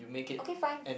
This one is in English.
okay fine